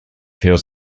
feels